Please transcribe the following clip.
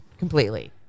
Completely